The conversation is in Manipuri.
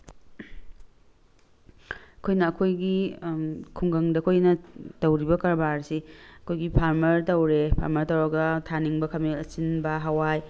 ꯑꯩꯈꯣꯏꯅ ꯑꯩꯈꯣꯏꯒꯤ ꯈꯨꯡꯒꯪꯗ ꯑꯩꯈꯣꯏꯅ ꯇꯧꯔꯤꯕ ꯀꯔꯕꯥꯔꯁꯤ ꯑꯩꯈꯣꯏꯒꯤ ꯐꯥꯔꯃꯔ ꯇꯧꯔꯦ ꯐꯥꯔꯃꯔ ꯇꯧꯔꯒ ꯊꯥꯅꯤꯡꯕ ꯈꯥꯃꯦꯟ ꯑꯁꯤꯟꯕ ꯍꯋꯥꯏ